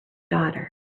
daughter